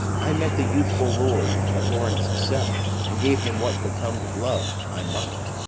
i met the youthful lord at laurence' cell and gave him what becomed love i might,